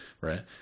Right